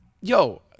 Yo